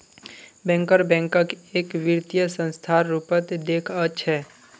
banker बैंकक एक वित्तीय संस्थार रूपत देखअ छ